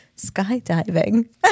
skydiving